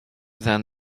than